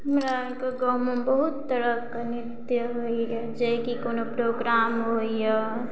हमरा अहाँके गाँवमे बहुत तरहक नृत्य होइया जे कि कोनो प्रोग्राम होइया